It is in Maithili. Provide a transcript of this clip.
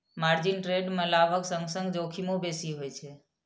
मार्जिन ट्रेड मे लाभक संग संग जोखिमो बेसी होइ छै